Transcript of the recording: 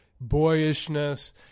boyishness